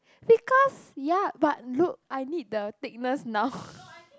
because ya but look I need the thickness now